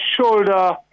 shoulder